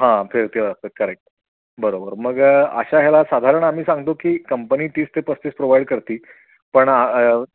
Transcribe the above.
हां फिरतीवर असतात करेक्ट बरोबर मग अशा ह्याला साधारण आम्ही सांगतो की कंपनी तीस ते पस्तीस प्रोव्हाइड करते पण